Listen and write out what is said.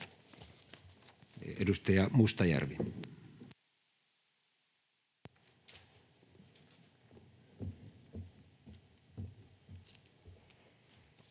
Edustaja Mustajärvi.